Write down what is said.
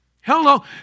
Hello